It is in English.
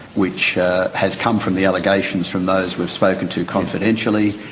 which has come from the allegations from those we've spoken to confidentially,